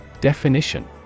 Definition